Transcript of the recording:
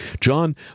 John